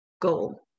goal